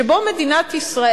שבו מדינת ישראל,